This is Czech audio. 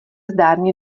zdárně